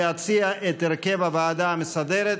להציע את הרכב הוועדה המסדרת.